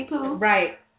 Right